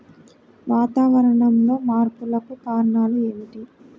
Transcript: వాతావరణంలో మార్పులకు కారణాలు ఏమిటి?